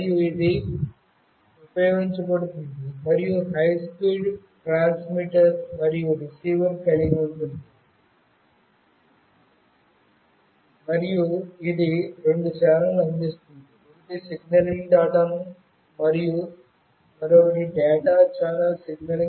ఇది high speed transmitter receiver మరియు రెండు ఛానెల్ లను కలిగి ఉంటుంది ఒకటి సిగ్నలింగ్ కి సిగ్నలింగ్ డేటా ను బదిలీ చేయడానికి మరియు మరొకటి డేటా ఛానెల్ కు